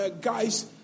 guys